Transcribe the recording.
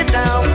now